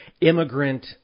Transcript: immigrant